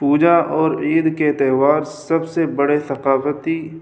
پوجا اور عید کے تیہوار سب سے بڑے ثقافتی